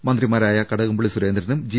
മന്ത്രിമാരായ കടകംപള്ളി സുരേന്ദ്രനും ജി